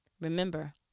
remember